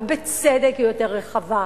ובצדק היא יותר רחבה.